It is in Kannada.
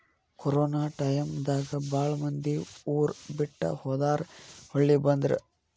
ಕೊರೊನಾ ಟಾಯಮ್ ದಾಗ ಬಾಳ ಮಂದಿ ಊರ ಬಿಟ್ಟ ಹೊದಾರ ಹೊಳ್ಳಿ ಬಂದ್ರ